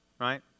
right